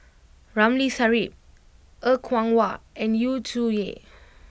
Ramli Sarip Er Kwong Wah and Yu Zhuye